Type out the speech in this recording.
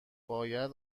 باید